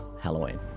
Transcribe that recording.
Halloween